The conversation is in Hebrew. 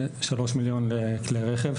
ו-3 מיליון לכלי רכב,